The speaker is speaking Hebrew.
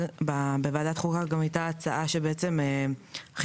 בוועדת חוקה גם הייתה הצעה שבעצם חיפושים